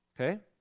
okay